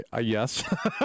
Yes